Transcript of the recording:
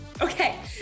Okay